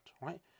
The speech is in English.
right